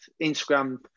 Instagram